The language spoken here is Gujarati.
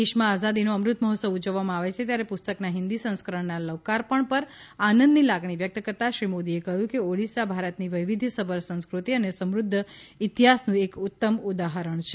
દેશમાં આઝાદીનો અમૃત મહોત્સવ ઉજવવામાં આવે છે ત્યારે પુસ્તકના હિન્દી સંસ્કરણના લોકાર્પણ પર આનંદની લાગણી વ્યક્ત કરતાં શ્રી મોદીએ કહ્યું કે ઓડિશા ભારતની વૈવિધ્યસભર સંસ્કૃતિ અને સમૃદ્ધ ઇતિહાસનું એક ઉત્તમ ઉદાહરણ છે